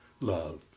love